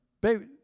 Baby